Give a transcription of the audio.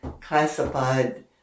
classified